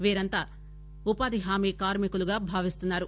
వీరంతా ఉపాధి హామీ కార్కి కులుగా భావిస్తున్నారు